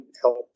help